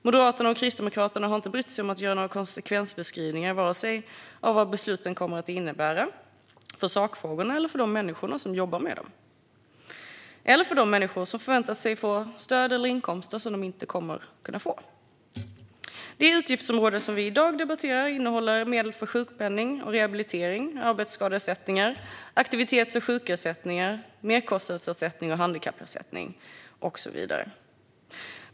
Moderaterna och Kristdemokraterna har inte brytt sig om att göra några konsekvensbeskrivningar av vad besluten kommer att innebära för sakfrågorna, för de människor som jobbar med dem eller för de människor som förväntar sig att få stöd eller inkomster som de nu inte kommer att kunna få. Det utgiftsområde som vi i dag debatterar innehåller medel för sjukpenning, rehabilitering, arbetsskadeersättningar, aktivitets och sjukersättningar, merkostnadsersättningar, handikappersättningar och så vidare.